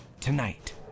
Tonight